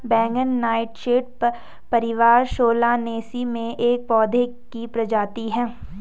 बैंगन नाइटशेड परिवार सोलानेसी में एक पौधे की प्रजाति है